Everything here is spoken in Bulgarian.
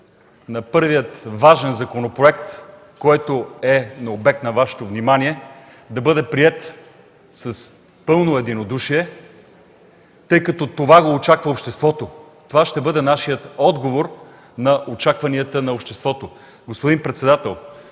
– първият важен законопроект, който е обект на Вашето внимание, да бъде приет с пълно единодушие. Това се очаква от обществото. Това ще бъде нашият отговор на очакванията на обществото. Господин председател,